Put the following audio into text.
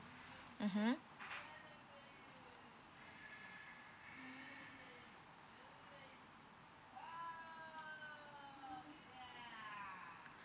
mmhmm